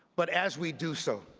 but as we do so,